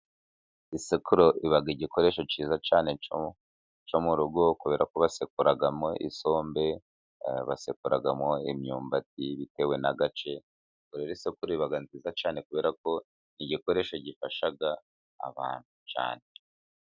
Isekuru iba igikoresho cyiza cyane cyo mu rugo, kubera ko basekuramo isombe, basekuramo imyumbati bitewe n'agace. Rero isekuru iba nziza cyane, kubera ko ni igikoresho gifasha abantu cyanye.